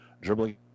Dribbling